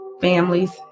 families